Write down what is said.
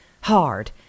Hard